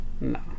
No